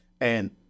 and-